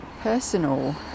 personal